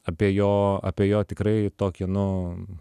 apie jo apie jo tikrai tokį nu